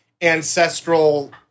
ancestral